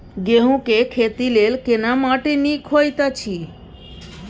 गेहूँ के खेती लेल केना माटी नीक होयत अछि?